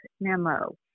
memo